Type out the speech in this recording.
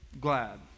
Glad